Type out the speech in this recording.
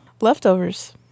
Leftovers